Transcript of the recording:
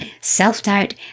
self-doubt